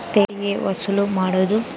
ತೆರಿಗೆ ವಸೂಲು ಮಾಡೋದು